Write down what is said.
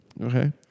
Okay